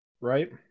right